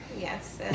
yes